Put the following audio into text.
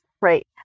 Right